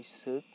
ᱵᱟᱹᱭᱥᱟᱹᱠ